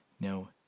Now